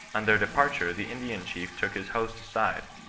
on their departure the indian chief took his host aside,